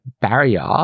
barrier